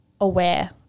aware